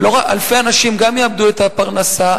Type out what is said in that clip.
אלפי אנשים גם יאבדו את הפרנסה,